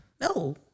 no